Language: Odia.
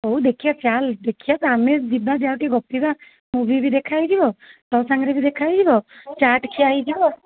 ହଉ ଦେଖିଆ ଚାଲ ଦେଖିବା ତ ଆମେ ଯିବା ଯାହା ହଉ ଟିକିଏ ଗପିବା ମୁଭି ବି ଦେଖା ହେଇଯିବ ତୋ ସାଙ୍ଗରେ ବି ଦେଖା ହେଇଯିବ ଚାଟ୍ ଖିଆ ହେଇଯିବ